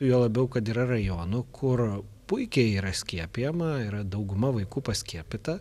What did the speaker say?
juo labiau kad yra rajonų kur puikiai yra skiepijama yra dauguma vaikų paskiepyta